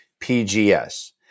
PGS